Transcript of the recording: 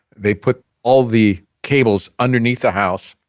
they put all the cables underneath the house,